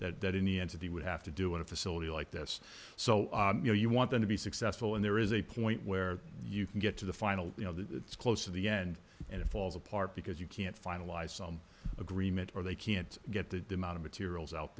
that any entity would have to do in a facility like this so you know you want them to be successful and there is a point where you can get to the final you know the close of the end and it falls apart because you can't finalize some agreement or they can't get the amount of materials out